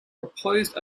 proposed